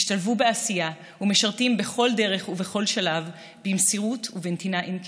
השתלבו בעשייה ומשרתים בכל דרך ובכל שלב במסירות ובנתינה אין קץ.